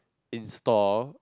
install